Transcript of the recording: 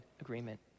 agreement